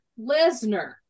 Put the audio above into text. Lesnar